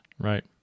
Right